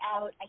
out